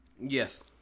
Yes